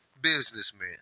businessman